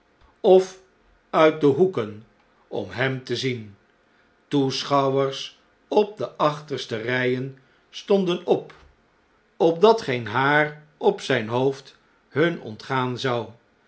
of uitde hoeken om hem te zien toeschouwers op de achterste rijen stonden op opdat geen haar op zijn hoofd hun ontgaan zou